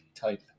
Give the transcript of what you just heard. type